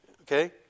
Okay